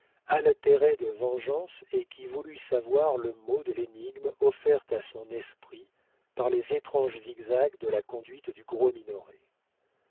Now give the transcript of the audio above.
altéré de vengeance et qui voulait savoir le mot de l'énigme offerte à son esprit par les étranges zigzags de la conduite du gros minoret